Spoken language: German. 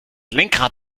lenkrad